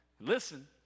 Listen